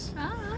a'ah